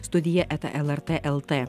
studija eta lrt lt